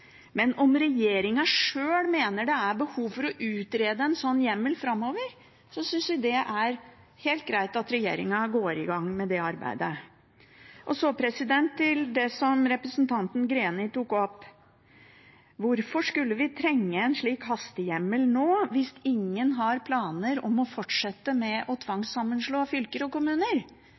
Om regjeringen sjøl mener det framover er behov for å utrede en slik hjemmel, syns vi det er helt greit at regjeringen går i gang med det arbeidet. Så til det representanten Greni tok opp: Hvorfor skulle vi trenge en slik hastehjemmel nå, hvis ingen har planer om å fortsette med å tvangssammenslå fylker og kommuner?